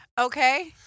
Okay